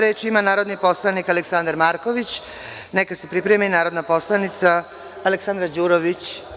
Reč ima narodni poslanik Aleksandar Marković, a neka se pripremi narodna poslanica Aleksandra Đurović.